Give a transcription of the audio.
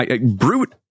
Brute